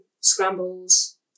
scrambles